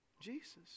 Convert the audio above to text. Jesus